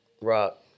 Rock